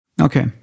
Okay